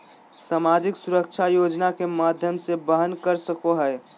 सामाजिक सुरक्षा योजना के माध्यम से वहन कर सको हइ